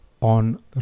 on